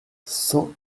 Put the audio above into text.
cent